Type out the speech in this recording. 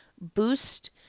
boost